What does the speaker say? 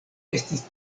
estis